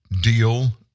deal